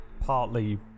partly